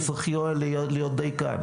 אתה צריך להיות דייקן.